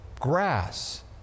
grass